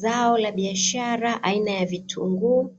Zao la biashara aina ya vitunguu